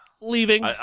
leaving